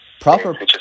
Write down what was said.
proper